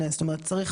ארץ מוצא,